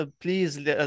please